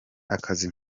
akazi